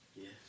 Yes